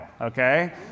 Okay